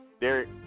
Derek